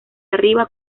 arriba